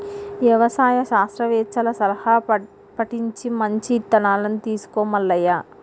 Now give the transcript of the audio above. యవసాయ శాస్త్రవేత్తల సలహా పటించి మంచి ఇత్తనాలను తీసుకో మల్లయ్య